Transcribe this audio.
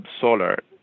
solar